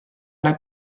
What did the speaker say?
ole